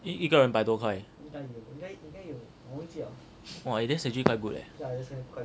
一一个人百多块 !wah! eh that's actually quite good leh